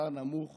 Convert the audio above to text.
נמוך